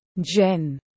Jen